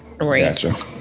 right